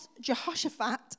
Jehoshaphat